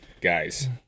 guys